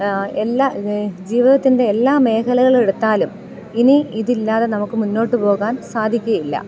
എല്ലാ ജീവിതത്തിൻ്റെ എല്ലാ മേഖലകളും എടുത്താലും ഇനി ഇതില്ലാതെ നമുക്ക് മുന്നോട്ട് പോകാൻ സാധിക്കുകയില്ല